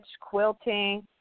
quilting